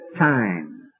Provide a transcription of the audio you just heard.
time